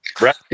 right